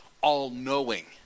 all-knowing